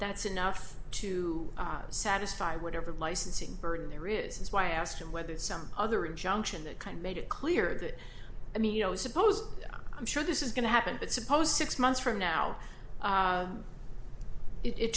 that's enough to satisfy whatever licensing burden there is is why i asked him whether some other injunction that kind of made it clear that i mean you know suppose i'm sure this is going to happen but suppose six months from now